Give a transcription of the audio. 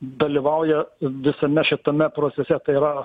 dalyvauja visame šitame procese tai yra